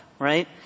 right